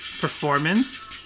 performance